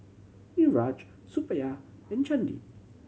Niraj Suppiah and Chandi